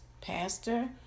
pastor